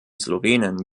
slowenen